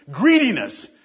greediness